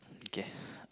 okay